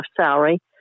salary